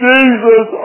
Jesus